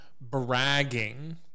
bragging